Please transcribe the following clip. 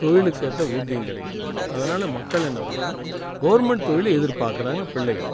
தொழிலுக்கேற்ற ஊதியம் கிடைக்கிறது இல்லை அதனால் மக்கள் என்ன பண்ணுறாங்க கவர்மெண்ட் தொழில் எதிர் பார்க்குறாங்க பிள்ளைகள்